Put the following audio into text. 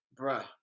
bruh